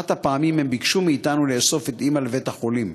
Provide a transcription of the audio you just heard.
באחת הפעמים הם ביקשו מאתנו לאסוף את אימא לבית-החולים,